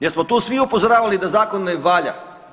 Jesmo tu svi upozoravali da Zakon ne valja?